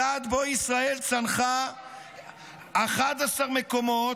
מדד שבו ישראל צנחה 11 מקומות,